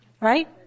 Right